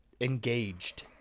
engaged